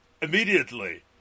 immediately